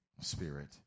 spirit